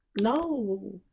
no